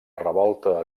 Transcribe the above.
revolta